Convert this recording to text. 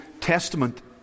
Testament